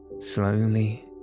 slowly